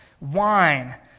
wine